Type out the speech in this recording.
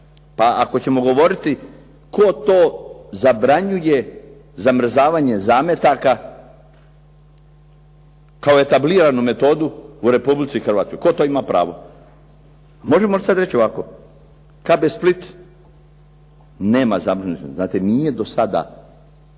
Pa ako ćemo govoriti tko to zabranjuje zamrzavanje zametaka, kao etabliranu metodu u Republici Hrvatskoj. Tko to ima pravo? Možemo sada reći ovako. KB Split nema zamrznute, dakle nije do sada